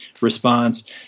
response